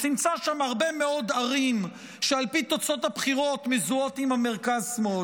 ימצא שם הרבה מאוד ערים שעל פי תוצאות הבחירות מזוהות עם המרכז-שמאל,